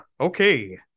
okay